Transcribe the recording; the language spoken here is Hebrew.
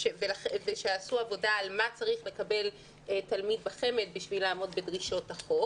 ועשו עבודה על מה צריך לקבל תלמיד בחמ"ד כדי לעמוד בדרישות החוק.